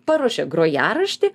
paruošia grojaraštį